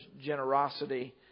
generosity